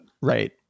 right